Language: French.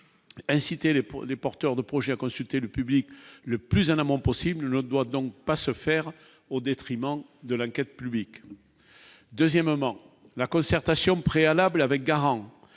pour les porteurs de projet à consulter le public le plus en amont possible doit donc pas se faire au détriment de l'enquête publique, deuxièmement la concertation préalable avec garant